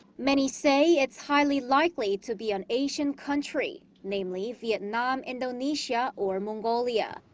many say, it's highly likely to be an asian country namely vietnam, indonesia or mongolia.